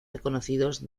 reconocidos